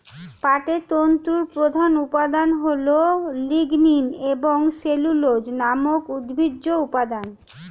পাটের তন্তুর প্রধান উপাদান হল লিগনিন এবং সেলুলোজ নামক উদ্ভিজ্জ উপাদান